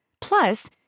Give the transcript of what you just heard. Plus